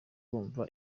kumva